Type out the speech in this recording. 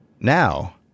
Now